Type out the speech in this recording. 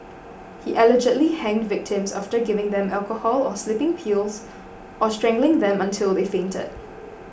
he allegedly hanged victims after giving them alcohol or sleeping pills or strangling them until they fainted